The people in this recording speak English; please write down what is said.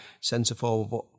centre-forward